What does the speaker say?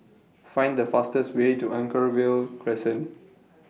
Find The fastest Way to Anchorvale Crescent